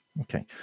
okay